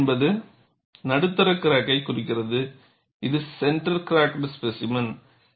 M என்பது நடுத்தர கிராக்கை குறிக்கிறது இது சென்டர் கிராக் ஸ்பேசிமென்